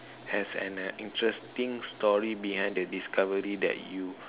has an uh interesting story behind the discovery that you